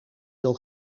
wil